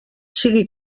sigui